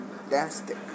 fantastic